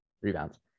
rebounds